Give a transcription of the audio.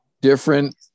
different